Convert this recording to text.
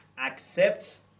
accepts